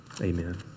Amen